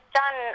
done